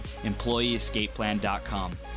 EmployeeEscapePlan.com